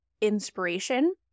inspiration